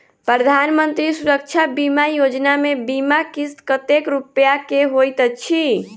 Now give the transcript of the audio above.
प्रधानमंत्री सुरक्षा बीमा योजना मे बीमा किस्त कतेक रूपया केँ होइत अछि?